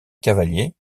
cavalier